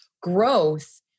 growth